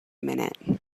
minute